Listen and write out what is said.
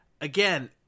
again